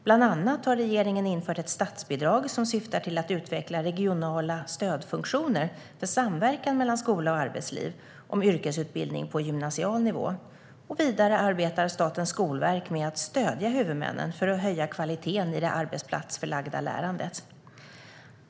Bland annat har regeringen infört ett statsbidrag som syftar till att utveckla regionala stödfunktioner för samverkan mellan skola och arbetsliv om yrkesutbildning på gymnasial nivå. Vidare arbetar Statens skolverk med att stödja huvudmännen för att höja kvaliteten i det arbetsplatsförlagda lärandet.